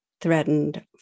threatened